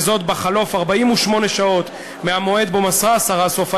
וזאת בחלוף 48 שעות מהמועד שבו מסרה השרה סופה